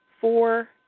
four